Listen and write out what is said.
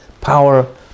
Power